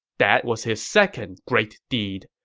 that was his second great deed.